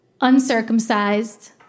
Uncircumcised